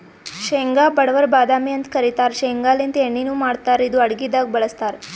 ಶೇಂಗಾ ಬಡವರ್ ಬಾದಾಮಿ ಅಂತ್ ಕರಿತಾರ್ ಶೇಂಗಾಲಿಂತ್ ಎಣ್ಣಿನು ಮಾಡ್ತಾರ್ ಇದು ಅಡಗಿದಾಗ್ ಬಳಸ್ತಾರ್